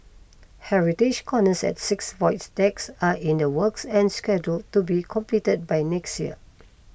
heritage corners at six void decks are in the works and scheduled to be completed by next year